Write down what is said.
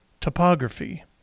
topography